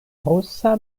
rusa